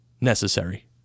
necessary